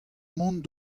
mont